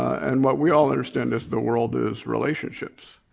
and what we all understand is the world is relationships.